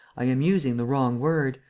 i am using the wrong word.